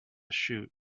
shoot